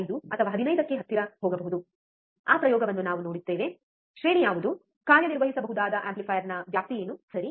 5 ಅಥವಾ 15 ಕ್ಕೆ ಹತ್ತಿರ ಹೋಗಬಹುದು ಆ ಪ್ರಯೋಗವನ್ನು ನಾವು ನೋಡುತ್ತೇವೆ ಶ್ರೇಣಿ ಯಾವುದು ಕಾರ್ಯನಿರ್ವಹಿಸಬಹುದಾದ ಆಂಪ್ಲಿಫೈಯರ್ನ ವ್ಯಾಪ್ತಿ ಏನು ಸರಿ